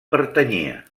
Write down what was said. pertanyia